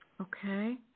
Okay